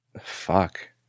fuck